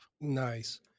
Nice